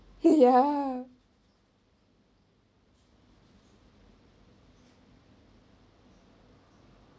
ya